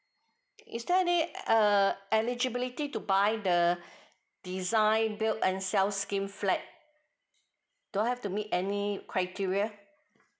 is there any err eligibility to buy the design build and sell scheme flat do I have to meet any criteria